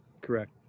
Correct